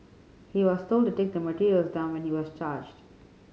he was told to take the materials down when he was charged